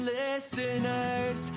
listeners